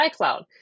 iCloud